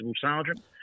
sergeant